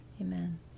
Amen